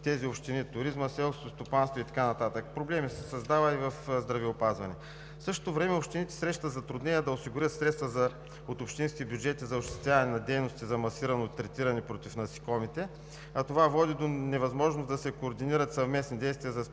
тези общини – туризъм, селско стопанство и така нататък. Проблеми се създават и в здравеопазването. В същото време общините срещат затруднения да осигурят средства от общинските бюджети за осъществяване на дейности за масирано третиране против насекоми, а това води до невъзможност да се координират съвместните действия за справяне